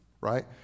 right